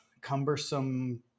cumbersome